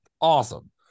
awesome